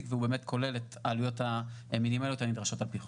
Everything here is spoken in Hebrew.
והוא כולל את העלויות המינימליות הנדרשות על פי חוק.